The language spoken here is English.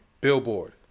Billboard